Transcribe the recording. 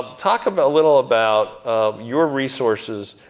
talk a but little about your resources,